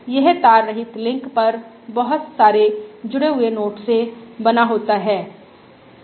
यह तार रहित लिंक पर बहुत सारे जुड़े हुए नोड्स से बना होता है